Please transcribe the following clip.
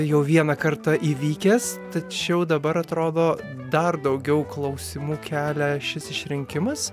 jau vieną kartą įvykęs tačiau dabar atrodo dar daugiau klausimų kelia šis išrinkimas